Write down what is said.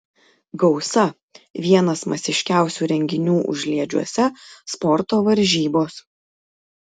gausa vienas masiškiausių renginių užliedžiuose sporto varžybos